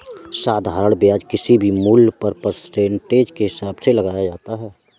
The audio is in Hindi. साधारण ब्याज किसी भी मूल्य पर परसेंटेज के हिसाब से लगाया जाता है